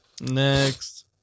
Next